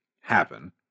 happen